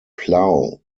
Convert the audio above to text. plow